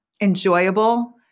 enjoyable